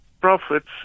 profits